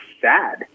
sad